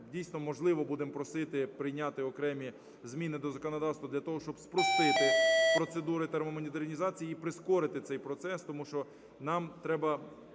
дійсно, можливо, будемо просити прийняти окремі зміни до законодавства для того, щоб спростити процедуру термомодернізації і прискорити цей процес, тому що нам треба